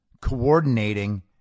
coordinating